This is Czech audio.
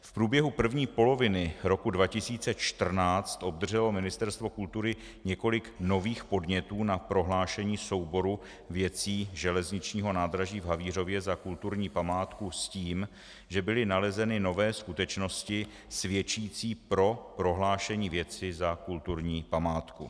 V průběhu první poloviny roku 2014 obdrželo Ministerstvo kultury několik nových podnětů na prohlášení souboru věcí železničního nádraží v Havířově za kulturní památku s tím, že byly nalezeny nové skutečnosti svědčící pro prohlášení věci za kulturní památku.